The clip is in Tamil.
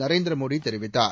நரேந்திர மோடி தெரிவித்தார்